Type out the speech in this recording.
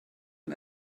mit